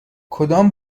کدام